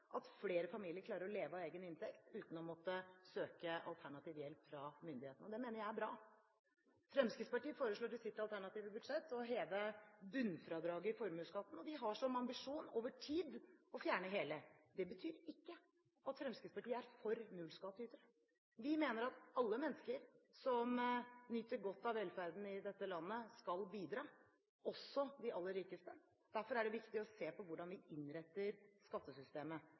at flere familier klarer å leve av egen inntekt uten å måtte søke alternativ hjelp fra myndighetene. Det mener jeg er bra. Fremskrittspartiet foreslår i sitt alternative budsjett å heve bunnfradraget i formuesskatten, og vi har som ambisjon over tid å fjerne hele. Det betyr ikke at Fremskrittspartiet er for nullskattytere. Vi mener at alle mennesker som nyter godt av velferden i dette landet, skal bidra, også de aller rikeste. Derfor er det viktig å se på hvordan vi innretter skattesystemet.